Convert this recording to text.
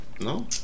no